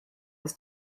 was